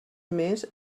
més